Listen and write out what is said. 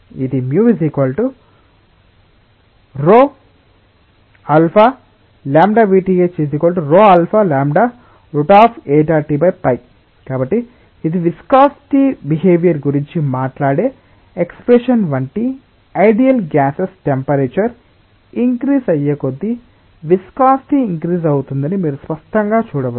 ఇది μ ραλvth ραλ8RT కాబట్టి ఇది విస్కాసిటి బిహేవియర్ గురించి మాట్లాడే ఎక్స్ప్రెషన్ వంటిది ఐడియల్ గ్యాసెస్ టెంపరేచర్ ఇన్క్రిజ్ అయ్యే కొద్దీ విస్కాసిటి ఇన్క్రిజ్ అవుతుందని మీరు స్పష్టంగా చూడవచ్చు